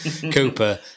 Cooper